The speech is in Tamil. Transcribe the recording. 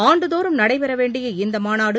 ஆண்டுதோறும் நடைபெற வேண்டிய இந்த மாநாடு